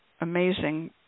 amazing